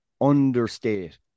understate